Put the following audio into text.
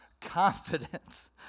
confidence